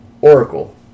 Oracle